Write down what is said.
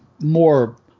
more